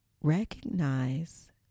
recognize